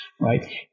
right